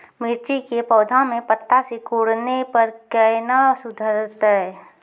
मिर्ची के पौघा मे पत्ता सिकुड़ने पर कैना सुधरतै?